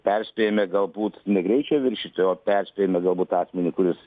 perspėjame galbūt ne greičio viršytoją o perspėjame galbūt asmenį kuris